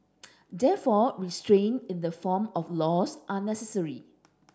therefore restraint in the form of laws are necessary